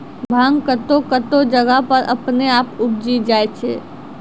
भांग कतौह कतौह जगह पर अपने आप उपजी जाय छै